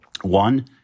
One